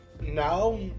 now